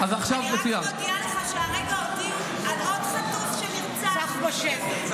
אני רק מודיעה לך שהרגע הודיעו על עוד חטוף שנרצח בשבי,